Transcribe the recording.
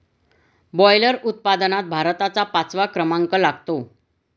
boiler उत्पादनात भारताचा पाचवा क्रमांक लागतो